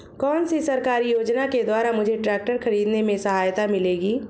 कौनसी सरकारी योजना के द्वारा मुझे ट्रैक्टर खरीदने में सहायता मिलेगी?